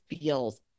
feels